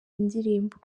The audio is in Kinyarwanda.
indirimbo